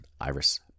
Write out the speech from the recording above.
Iris